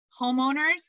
homeowners